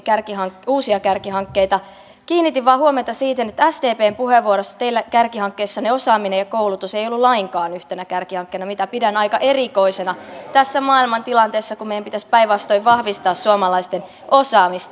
kiinnitin vain huomiota siihen että sdpn puheenvuorossa teillä kärkihankkeissanne osaaminen ja koulutus ei ollut lainkaan yhtenä kärkihankkeena mitä pidän aika erikoisena tässä maailmantilanteessa kun meidän pitäisi päinvastoin vahvistaa suomalaisten osaamista